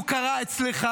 והוא קרה אצלך.